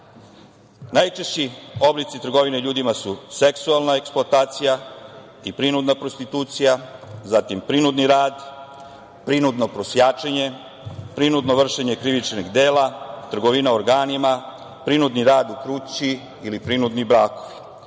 Najčešći oblici trgovine ljudima su seksualna eksploatacija, prinudna prostitucija, zatim prinudni rad, prinudno prosjačenje, prinudno vršenje krivičnih dela, trgovina organima, prinudni rad u kući ili prinudni brakovi. Naravno,